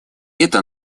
это